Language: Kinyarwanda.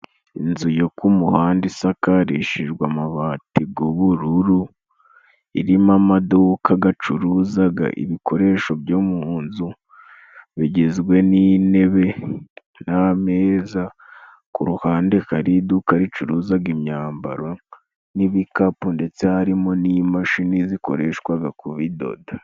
Inzu yo ku muhanda isakarishijwe amabati gw'ubururu, irimo amaduka gacuruzaga ibikoresho byo mu nzu, bigizwe n'intebe n'ameza, ku ruhande hari iduka ricuruzaga imyambaro n'ibikapu, ndetse harimo n'imashini zikoreshwaga ku bidoda.